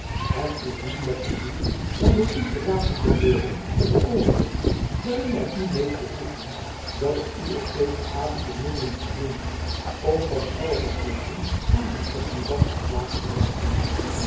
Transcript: het is niet met het doel van door u verlaten te worden op het oogenblik waarin wy u meest behoefden dat jacob van lennep elizabeth musch ik u op zekeren avond de middelen verleend heb om van alle verplichting aan van espenblad ontslagen te raken